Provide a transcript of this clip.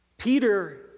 Peter